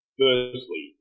firstly